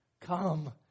come